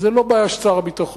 זאת לא בעיה של שר הביטחון.